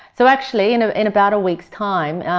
so actually in ah in about a week's time,